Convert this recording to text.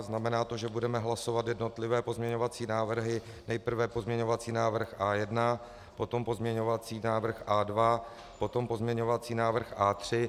Znamená to, že budeme hlasovat jednotlivé pozměňovací návrhy, nejprve pozměňovací návrh A1, potom pozměňovací návrh A2, potom pozměňovací návrh A3.